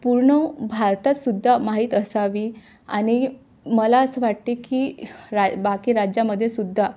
पूर्ण भारतातसुद्धा माहीत असावी आणि मला असं वाटते की रा बाकी राज्यामध्येसुद्धा